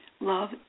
love